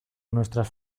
nuestras